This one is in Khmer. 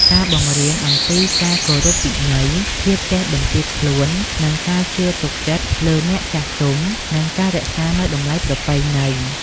ការបង្រៀនអំពីការគោរពវិន័យ ភាពចេះបន្ទាបខ្លួន ការជឿទុកចិត្តលើអ្នកចាស់ទុំ និងការរក្សានូវតម្លៃប្រពៃណី។